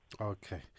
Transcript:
okay